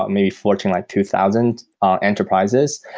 maybe fortune like two thousand enterprises.